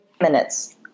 minutes